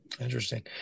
Interesting